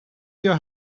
your